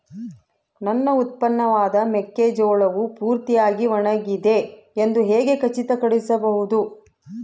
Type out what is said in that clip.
ನನ್ನ ಉತ್ಪನ್ನವಾದ ಮೆಕ್ಕೆಜೋಳವು ಪೂರ್ತಿಯಾಗಿ ಒಣಗಿದೆ ಎಂದು ಹೇಗೆ ಖಚಿತಪಡಿಸಿಕೊಳ್ಳಬಹುದು?